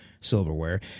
silverware